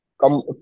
Come